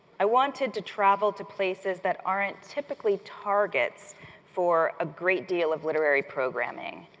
i wanted to travel to places that aren't typically targets for a great deal of literary programming.